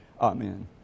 amen